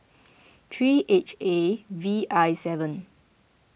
three H A V I seven